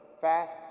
fast